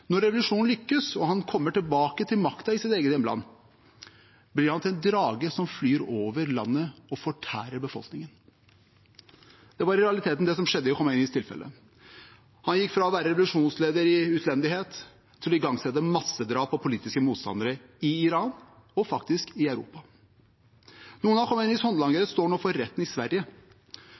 han til en drage som flyr over landet og fortærer befolkningen. Det var i realiteten det som skjedde i Khomeinis tilfelle. Han gikk fra å være revolusjonsleder i utlendighet til å igangsette massedrap på politiske motstandere i Iran – og faktisk i Europa. Noen av Khomeinis håndlangere står nå for retten i Sverige.